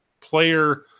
player